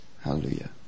Hallelujah